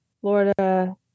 Florida